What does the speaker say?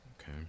okay